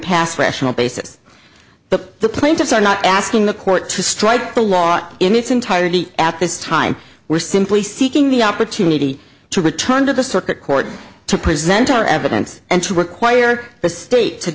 pass rational basis but the plaintiffs are not asking the court to strike the law in its entirety at this time we're simply seeking the opportunity to return to the circuit court to present our evidence and to require the state to